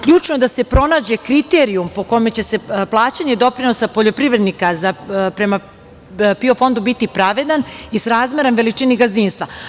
Ključno je da se pronađe kriterijum po kome će plaćanje doprinosa poljoprivrednika prema PIO fondu biti pravedan i srazmeran veličini gazdinstva.